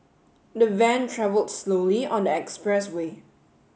the van travelled slowly on the expressway